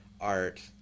art